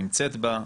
נמצאת בה,